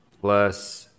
plus